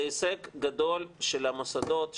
זה הישג גדול של המוסדות,